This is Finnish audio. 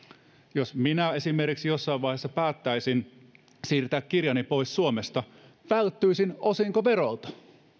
jos minä esimerkiksi jossain vaiheessa päättäisin siirtää kirjani pois suomesta välttyisin osinkoverolta